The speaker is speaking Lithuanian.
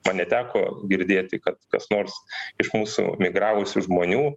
man neteko girdėti kad kas nors iš mūsų migravusių žmonių